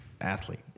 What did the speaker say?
athlete